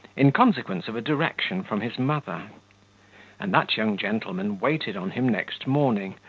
in consequence of a direction from his mother and that young gentleman waited on him next morning,